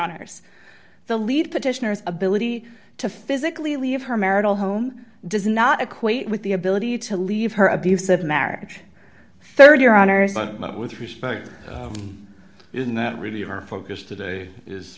honour's the lead petitioners ability to physically leave her marital home does not equate with the ability to leave her abusive marriage rd your honor with respect isn't that really her focus today is